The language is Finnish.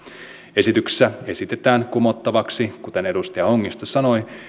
esityksessä esitetään kumottavaksi kuten edustaja hongisto sanoi